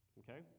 okay